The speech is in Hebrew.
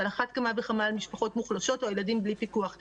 על אחת כמה וכמה על משפחות מוחלשות או ילדים בלי פיקוח.